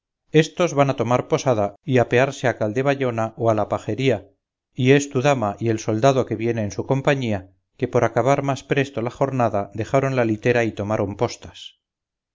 estos van a tomar posada y apearse a caldebayona o a la pajería y es tu dama y el soldado que viene en su compañía que por acabar más presto la jornada dejaron la litera y tomaron postas